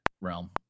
realm